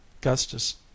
Gustus